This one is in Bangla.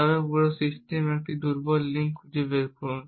তবে পুরো সিস্টেমে একটি দুর্বল লিঙ্ক খুঁজে বের করুন